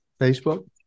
Facebook